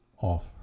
off